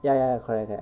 ya ya ya correct correct